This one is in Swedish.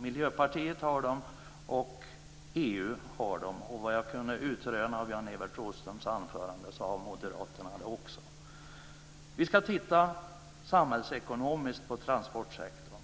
Miljöpartiet har dem och EU har dem. Såvitt jag kunde utröna av Jan Evert Rådhströms anförande har också moderaterna det. Man ska se samhällsekonomiskt på transportsektorn.